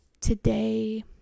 today